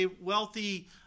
wealthy